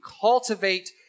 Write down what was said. cultivate